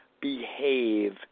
behave